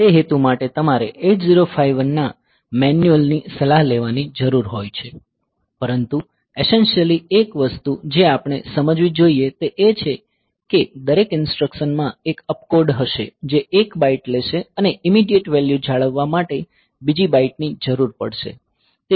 તે હેતુ માટે તમારે 8051 ના મેન્યુઅલ ની સલાહ લેવાની જરૂર હોય છે પરંતુ એસેન્શિયલી એક વસ્તુ જે આપણે સમજવી જોઈએ તે એ છે કે દરેક ઇન્સટ્રકસનમાં એક અપકોડ હશે જે 1 બાઇટ લેશે અને ઇમિડીએટ વેલ્યૂ જાળવવા માટે બીજી બાઇટની જરૂર પડશે